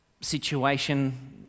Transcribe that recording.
situation